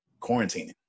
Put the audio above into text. quarantining